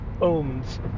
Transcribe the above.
owns